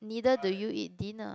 neither do you eat dinner